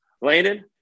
Landon